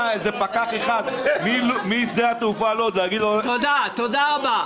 שנה משדה התעופה לוד ולהגיד לו --- תודה רבה.